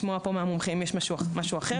לשמוע מהמומחים אם יש משהו אחר,